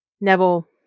Neville